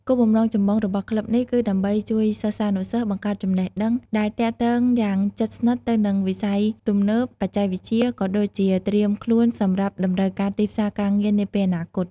គោលបំណងចម្បងរបស់ក្លឹបនេះ គឺដើម្បីជួយសិស្សានុសិស្សបង្កើតចំណេះដឹងដែលទាក់ទងយ៉ាងជិតស្និទ្ធទៅនឹងវិស័យទំនើប បច្ចេកវិទ្យា ក៏ដូចជាត្រៀមខ្លួនសម្រាប់តម្រូវការទីផ្សារការងារនាពេលអនាគត។